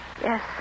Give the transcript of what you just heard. Yes